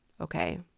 Okay